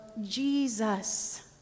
Jesus